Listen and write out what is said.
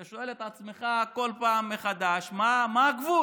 אתה שואל את עצמך בכל פעם מחדש מה הגבול,